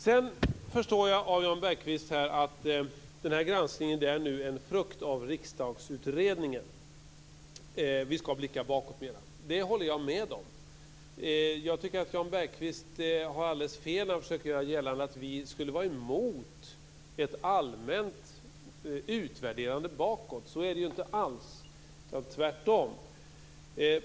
Sedan förstår jag av Jan Bergqvist att den här granskningen nu är en frukt av Riksdagsutredningen. Vi skall blicka bakåt. Det håller jag med om. Jag tycker att Jan Bergqvist har alldeles fel när han försöker göra gällande att vi skulle vara emot ett allmänt utvärderande bakåt. Så är det ju inte alls - tvärtom.